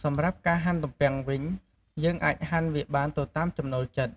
សម្រាប់ការហាន់ទំពាំងវិញ យើងអាចហាន់វាបានទៅតាមចំណូលចិត្ត។